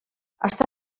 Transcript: està